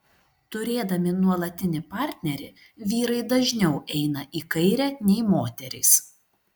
turėdami nuolatinį partnerį vyrai dažniau eina į kairę nei moterys